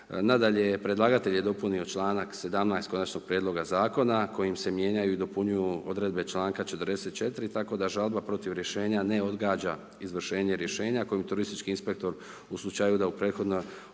Nadalje, predlagatelj je dopunio članak 17., konačnog prijedloga Zakona, kojim se mijenjaju i dopunjuju odredbe članka 44., tako da Žalba protiv Rješenja, ne odgađa izvršenje Rješenja kojim turistički inspektor u slučaju da u prethodno